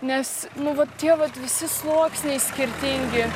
nes nu va tie vat visi sluoksniai skirtingi